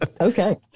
Okay